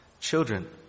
children